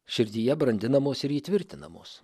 širdyje brandinamos ir įtvirtinamos